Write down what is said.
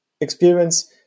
experience